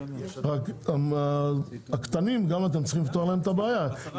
רק שאתם צריכים לפתור את הבעיה גם לקטנים.